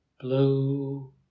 Blue